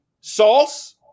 Sauce